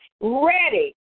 ready